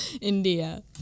India